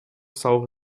saure